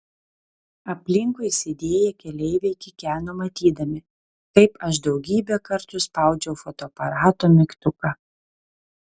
aplinkui sėdėję keleiviai kikeno matydami kaip aš daugybę kartų spaudžiau fotoaparato mygtuką